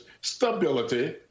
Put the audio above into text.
stability